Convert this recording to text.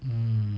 mm